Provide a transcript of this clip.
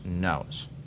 knows